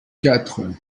quatre